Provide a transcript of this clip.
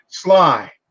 Sly